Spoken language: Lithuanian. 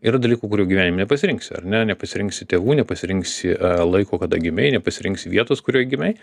yra dalykų kurių gyvenime nepasirinksi ar ne nepasirinksi tėvų nepasirinksi laiko kada gimei nepasirinksi vietos kurioj gimei